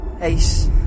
Ace